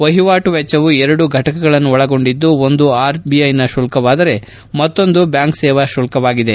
ವಹಿವಾಟು ವೆಚ್ಚವು ಎರಡು ಫಟಕಗಳನ್ನು ಒಳಗೊಂಡಿದ್ದು ಒಂದು ಆರ್ ಬಿಐನ ಶುಲ್ತವಾದರೆ ಮತ್ತೊಂದು ಬ್ಹಾಂಕ್ ಸೇವಾ ಶುಲ್ತವಾಗಿದೆ